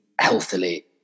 healthily